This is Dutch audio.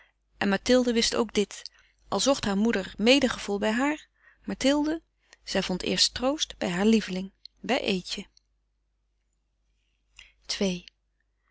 en mathilde wist ook dit al zocht heure moeder medegevoel bij haar mathilde zij vond eerst troost bij haar lieveling bij eetje